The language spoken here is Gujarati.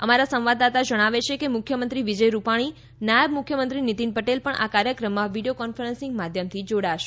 અમારા સંવાદદાતા જણાવે છે કે મુખ્યમંત્રી વિજય રૂપાણી નાયબ મુખ્યમંત્રી નીતિન પટેલ આ કાર્યક્રમમાં વીડિયો કોન્ફરન્સિંગ માધ્યમથી જોડાશે